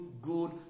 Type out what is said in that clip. good